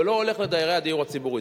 ולא הולך לדיירי הדיור הציבורי.